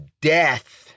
death